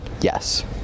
yes